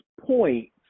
points